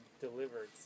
delivered